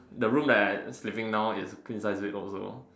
the room that I sleeping now is queen size bed also